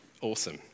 awesome